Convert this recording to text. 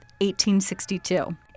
1862